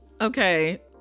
okay